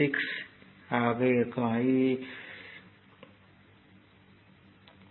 6 I ஆக இருந்தால் I 5 ampere